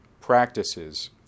practices